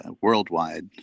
worldwide